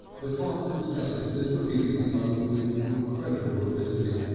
the clerk to the justices repeated the oath with incredible rapidity.